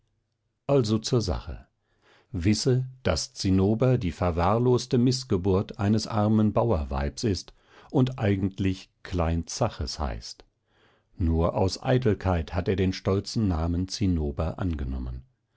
also zur sache wisse daß zinnober die verwahrloste mißgeburt eines armen bauerweibes ist und eigentlich klein zaches heißt nur aus eitelkeit hat er den stolzen namen zinnober angenommen